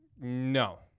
No